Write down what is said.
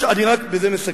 בזה נסכם.